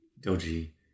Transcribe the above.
dodgy